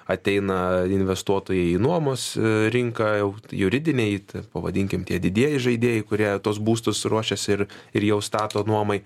ateina investuotojai į nuomos rinką jau juridiniai eit pavadinkim tie didieji žaidėjai kurie tuos būstus ruošėsi ir ir jau stato nuomai